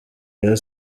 rayon